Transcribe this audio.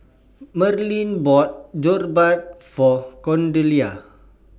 Merrill bought Jokbal For Cordelia